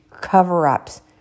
cover-ups